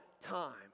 time